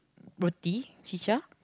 roti pizza